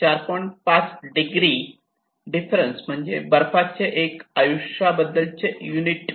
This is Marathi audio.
5 डिग्री डिफरन्स म्हणजे बर्फाचे एक आयुष्याबद्दल चे युनिट